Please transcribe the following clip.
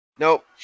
Nope